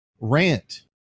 rant